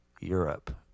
europe